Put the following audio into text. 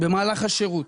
במהלך השירות,